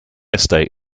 estate